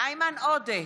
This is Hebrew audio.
איימן עודה,